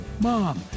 Mom